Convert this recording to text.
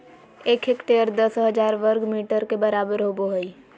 एक हेक्टेयर दस हजार वर्ग मीटर के बराबर होबो हइ